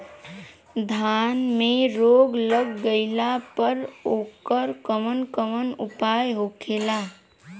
धान में रोग लग गईला पर उकर कवन कवन उपाय होखेला?